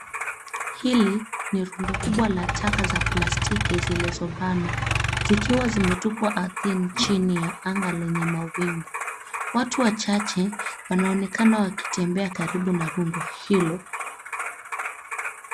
Hili ni rundo kubwa la taka za plastiki zilizobanwa, zikiwa zimetupwa ardhini chini ya anga lenye mawingu. Watu wachache wanaonekana wakitembea karibu na rundo hilo.